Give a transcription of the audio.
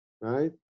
right